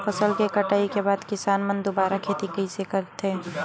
फसल के कटाई के बाद किसान मन दुबारा खेती कइसे करथे?